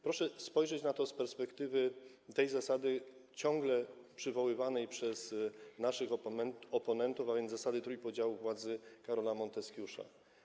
Proszę spojrzeć na to z perspektywy tej zasady ciągle przywoływanej przez naszych oponentów, a więc zasady trójpodziału władzy Karola Monteskiusza.